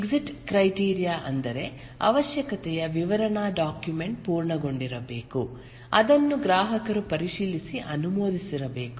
exit criteria ಅಂದರೆ ಅವಶ್ಯಕತೆಯ ವಿವರಣಾ ಡಾಕ್ಯುಮೆಂಟ್ ಪೂರ್ಣಗೊಂಡಿರಬೇಕು ಅದನ್ನು ಗ್ರಾಹಕರು ಪರಿಶೀಲಿಸಿ ಅನುಮೋದಿಸಿರಬೇಕು